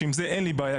שעם זה אין לי בעיה,